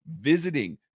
visiting